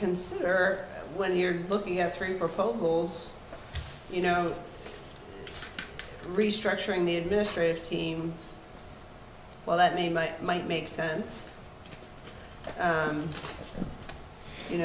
consider when you're looking at three proposals you know restructuring the administrative team well that mean my might make sense